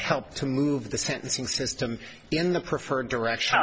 help to move the sentencing system in the preferred direction